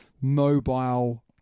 Mobile